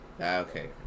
Okay